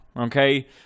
Okay